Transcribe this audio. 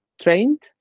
trained